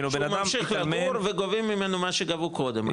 כאילו בנאדם התאלמן --- הוא ממשיך לגור וגובים ממנו מה שגבו קודם,